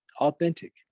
authentic